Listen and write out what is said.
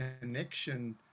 connection